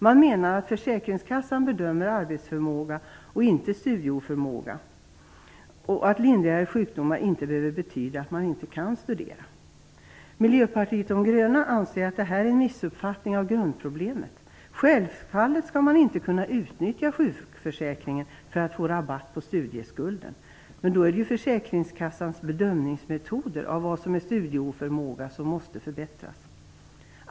Man menar att försäkringskassan bedömer arbetsförmåga, inte studieoförmåga och menar att lindrigare sjukdomar inte behöver betyda att man inte kan studera. Miljöpartiet de gröna anser att detta är en missuppfattning av grundproblemet. Självfallet skall man inte kunna utnyttja sjukförsäkringen för att få rabatt på studieskulden. Då är försäkringskassans bedömningsmetoder av vad som är studieoförmåga som måste förbättras.